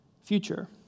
future